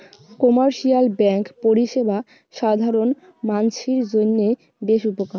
commercial bank পরিষেবা সাধারণ মানসির জইন্যে বেশ উপকার